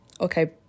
okay